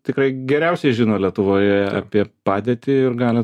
tikrai geriausiai žino lietuvoje apie padėtį ir gali